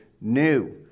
new